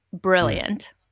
brilliant